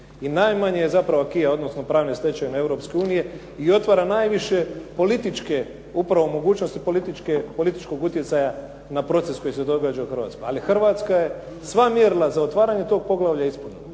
najmanje je zapravo acquisa odnosno pravne stečevine Europske unije i otvara najviše političke, upravo mogućnosti političkog utjecaja na proces koji se događa u Hrvatskoj. Ali Hrvatska je sva mjerila za otvaranje tog poglavlja ispunila,